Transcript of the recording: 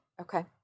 Okay